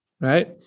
right